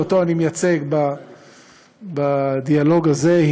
שאותו אני מייצג בדיאלוג הזה,